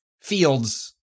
Fields